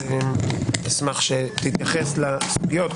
אני אשמח שתתייחס לסוגיות,